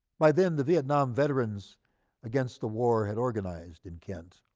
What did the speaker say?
by then the vietnam veterans against the war had organized in kent.